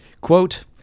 quote